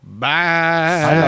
bye